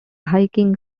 hiking